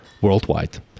worldwide